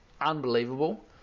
unbelievable